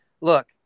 look